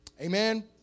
Amen